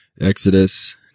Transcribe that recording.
Exodus